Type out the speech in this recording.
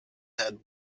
had